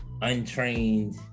untrained